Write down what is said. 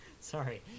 Sorry